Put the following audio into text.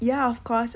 ya of course